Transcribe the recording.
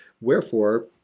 wherefore